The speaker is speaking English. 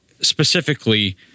specifically